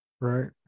right